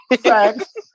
sex